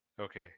Okay